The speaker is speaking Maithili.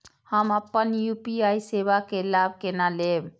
हम अपन यू.पी.आई सेवा के लाभ केना लैब?